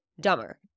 dumber